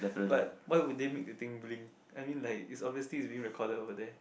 but why would they make the thing blink I mean like is obviously is being recorded over there